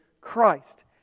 Christ